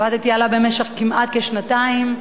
עבדתי עליו במשך כמעט שנתיים.